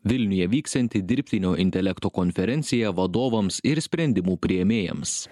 vilniuje vyksianti dirbtinio intelekto konferencija vadovams ir sprendimų priėmėjams